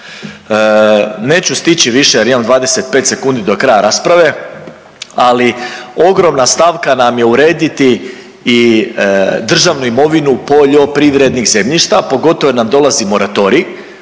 Neću stići više jer imam 25 sekundi do kraja rasprave, ali ogromna stavka nam je urediti i državnu imovinu poljoprivrednih zemljišta, a pogotovo jer nam dolazi moratorij,